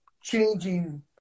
changing